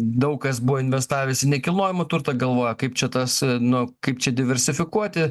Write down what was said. daug kas buvo investavęs į nekilnojamą turtą galvojo kaip čia tas nu kaip čia diversifikuoti